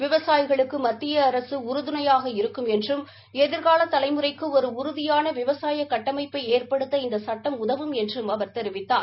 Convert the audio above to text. விவசாயிகளுக்கு மத்திய அரசு அரசு உறுதுணையாக இருக்கும் என்றும் எதிர்கால தலைமுறைக்கு ஒரு உறுதியான விவசாய கட்டமைப்பை ஏற்படுத்த இந்த சுட்டம் உதவும் என்றும் அவர் தெரிவித்தார்